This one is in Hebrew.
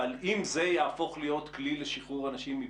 אבל אם זה יהפוך להיות כלי לשחרור אנשים מבידוד,